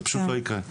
זה פשוט לא יקרה.